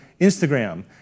Instagram